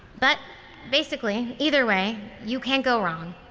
but basically, either way, you can't go wrong.